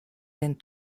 den